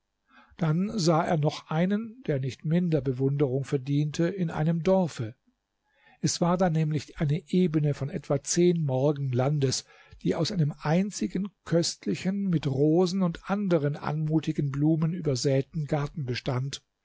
dann sah er noch einen der nicht minder bewunderung verdiente in einem dorfe es war da nämlich eine ebene von etwa zehn morgen landes die aus einem einzigen köstlichen mit rosen und anderen anmutigen blumen übersäten garten bestand